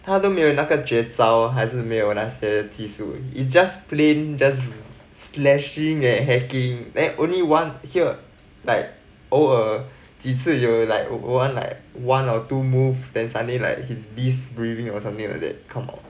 他都没有那个绝招还是没有那个技术 he's just plain just slashing and hacking then only one here like 偶尔几次有 like one like one or two move then suddenly like he's beast breathing or something like that come out